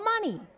money